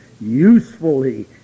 Usefully